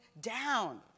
down